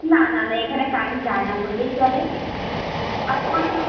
না না না এখানে কারেন্ট যায় না বললেই চলে আর